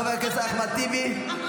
חבר הכנסת אחמד טיבי,